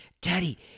Daddy